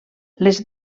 les